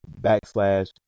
backslash